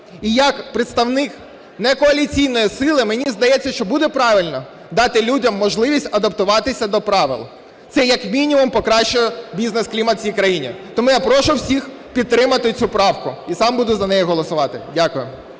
І як представник некоаліційної сили, мені здається, що буде правильно дати людям можливість адаптуватися до правил. Це, як мінімум, покращує бізнес-клімат в цій країні. Тому я прошу всіх підтримати цю правку. І сам буду за неї голосувати. Дякую.